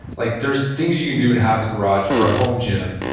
like there's things you can do and have a garage or a home gym,